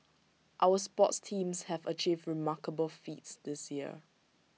our sports teams have achieved remarkable feats this year